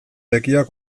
begiak